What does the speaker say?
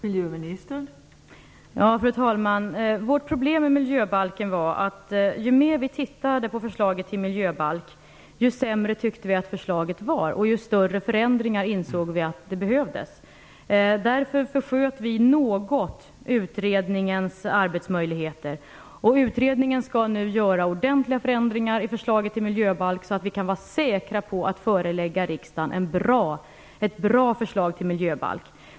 Fru talman! Vårt problem med miljöbalken var att ju mer vi såg på förslaget till en sådan, desto sämre tyckte vi att förslaget var och desto större förändringar i det skulle, enligt vad vi fann, behövas. Vi försköt därför utredningens arbetsmöjligheter något. Den skall nu göra ordentliga förändringar i förslaget till miljöbalk, så att vi kan vara säkra på att det förslag som vi förelägger riksdagen blir bra.